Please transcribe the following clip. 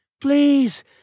Please